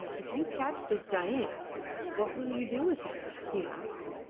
if you catch this dain what will you do with him? he asked.